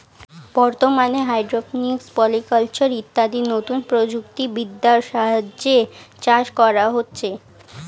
বর্তমানে hydroponics, polyculture ইত্যাদি নতুন প্রযুক্তি বিদ্যার সাহায্যে চাষ করা হচ্ছে